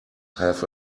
have